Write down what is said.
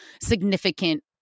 significant